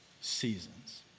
seasons